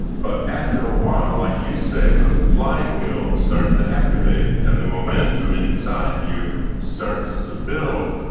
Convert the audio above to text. but after a while, like you say, the flywheel starts to activate. and the momentum inside you starts to build,